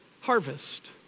harvest